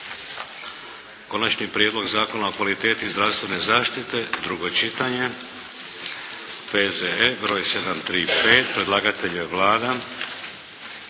Konačni prijedlog Zakona o kvaliteti zdravstvene zaštite, drugo čitanje, P.Z.E. br. 735 Predlagatelj je Vlada.